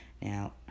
Now